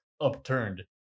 upturned